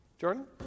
Jordan